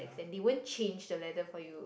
they won't change the leather for you